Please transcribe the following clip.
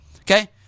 Okay